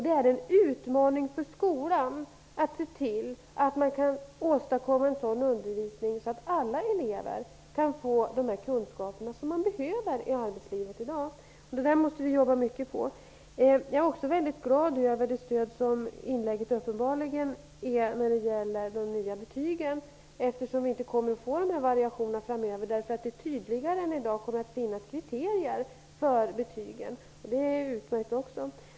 Det är en utmaning för skolan att se till att man kan åstadkomma en sådan undervisning att alla elever kan få de kunskaper som de behöver i arbetslivet i dag. Det måste vi jobba mycket på. Jag är också mycket glad över det stöd som inlägget uppenbarligen är när det gäller de nya betygen. Vi kommer inte att få dessa variationer framöver eftersom det tydligare än i dag kommer att finnas kriterier för betygen. Det är också utmärkt.